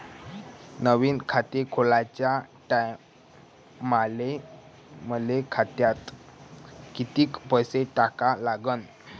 नवीन खात खोलाच्या टायमाले मले खात्यात कितीक पैसे टाका लागन?